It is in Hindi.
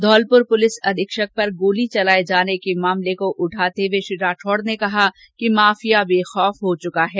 धौलपूर पुलिस अधीक्षक पर गोली चलाये जाने के मामले को उठाते हुए श्री राठौड़ ने कहा कि माफिया बेखौफ हो चुका है